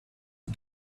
and